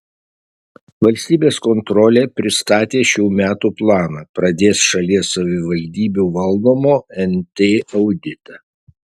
valstybės kontrolė pristatė šių metų planą pradės šalies savivaldybių valdomo nt auditą